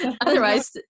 otherwise